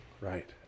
Right